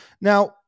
Now